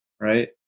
right